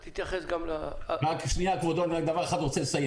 אני רוצה לסיים רק עוד דבר אחד,